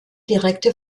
direkte